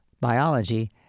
biology